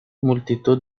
multitud